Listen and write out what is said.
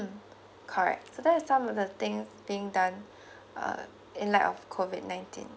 correct so that's some of the things being done uh in light of COVID nineteen